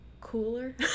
cooler